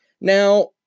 now